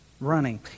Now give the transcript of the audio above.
Running